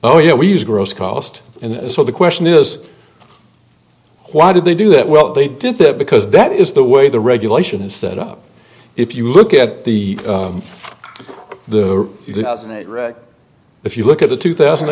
oh yeah we use gross cost and so the question is why did they do that well they did that because that is the way the regulation is set up if you look at the the if you look at the two thousand